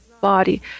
body